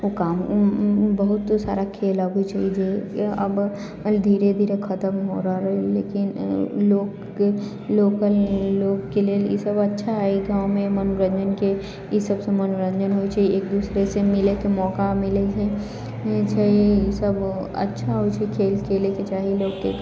ओ काम बहुत सारा खेला होइ छै जे अब धीरे धीरे खतम हो रहल अछि लेकिन लोक लोकल लोकके लेल ई सब अच्छा अछि गाँवमे मनोरञ्जनके ई सबसँ मनोरञ्जन होइ छै एक दूसरेसँ मिलैके मौका मिलै छै ई सब अच्छा होइ छै खेल खेलैके चाही लोकके